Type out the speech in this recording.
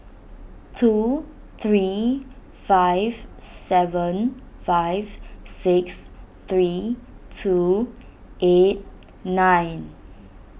two three five seven five six three two eight nine